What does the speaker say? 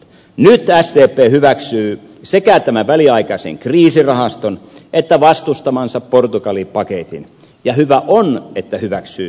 nyt sdp hyväksyy sekä tämän väliaikaisen kriisirahaston että vastustamansa portugali paketin ja hyvä on että hyväksyy